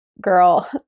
girl